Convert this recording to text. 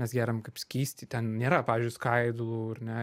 mes geriam kaip skystį ten nėra pavyzdžiui skaidulų ar ne